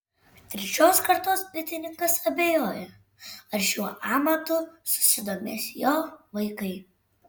trečios kartos bitininkas abejoja ar šiuo amatu susidomės jo vaikai